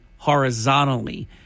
Horizontally